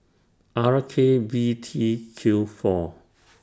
R K V T Q four